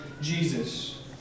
Jesus